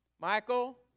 Michael